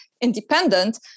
independent